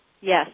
Yes